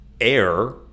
air